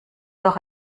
doch